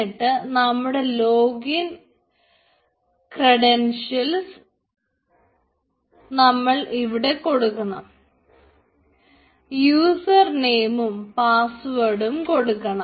എന്നിട്ട് നമ്മുടെ login credentials കൊടുക്കണം